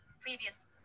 previous